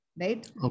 right